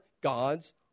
God's